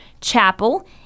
Chapel